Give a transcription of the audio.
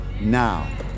now